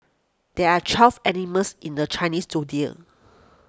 there are twelve animals in the Chinese zodiac